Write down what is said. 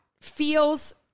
feels